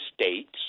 states